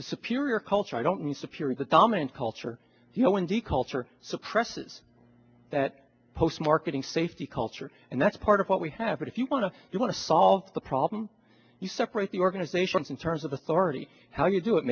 the superior culture i don't need to fear is the dominant culture you know in the culture suppresses that post marketing safety culture and that's part of what we have but if you want to you want to solve the problem you separate the organizations in terms of authority how you do it